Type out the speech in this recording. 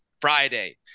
Friday